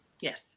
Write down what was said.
Yes